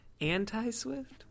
anti-Swift